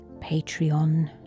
Patreon